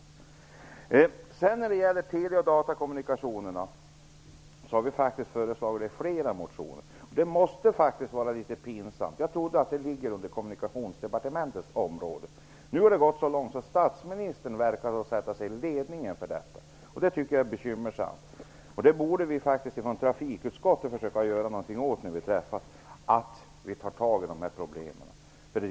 Vårt förslag när det gäller tele och datakommunikationerna har vi fört fram i flera motioner. Det måste faktiskt vara litet pinsamt. Det ligger under Kommunikationsdepartementets område. Nu har det gått så långt att statsministern tycks sätta sig i ledningen för detta. Det tycker jag är bekymmersamt. När vi träffas inom trafikutskottet borde vi faktiskt försöka ta tag i de här problemen.